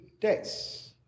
days